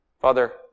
Father